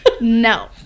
no